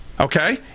okay